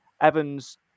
Evans